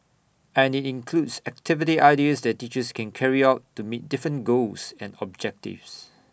and includes activity ideas that teachers can carry out to meet different goals and objectives